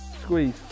squeeze